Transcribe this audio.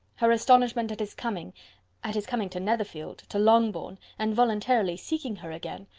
her astonishment at his coming at his coming to netherfield, to longbourn, and voluntarily seeking her again,